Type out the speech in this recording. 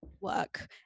work